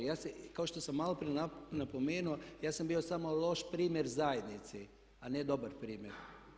Ja se, kao što sam malo prije napomenuo, ja sam bio samo loš primjer zajednici, a ne dobar primjer.